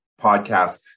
podcast